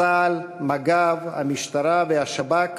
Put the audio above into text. צה"ל, מג"ב, המשטרה והשב"כ.